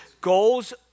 Goals